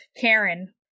Karen